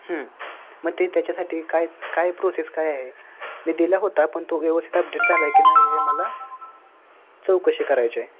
मग ते त्याच्यासाठी काय काय प्रोसेस काय आहे मी दिला होता पण तो व्यवस्थित अपडेट झाला आहे की नाही हे मला चौकशी करायची आहे